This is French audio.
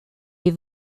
des